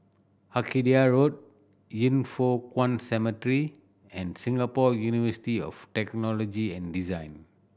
Arcadia Road Yin Foh Kuan Cemetery and Singapore University of Technology and Design